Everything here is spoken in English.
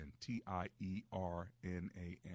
T-I-E-R-N-A-N